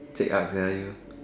chek-ak sia you